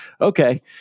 Okay